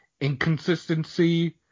inconsistency